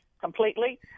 completely